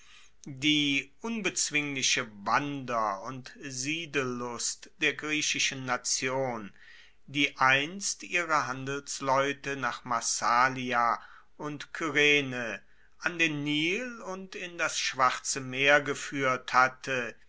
die unbezwingliche wander und siedellust der griechischen nation die einst ihre handelsleute nach massalia und kyrene an den nil und in das schwarze meer gefuehrt hatte